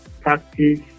practice